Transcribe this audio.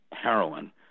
heroin